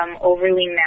overly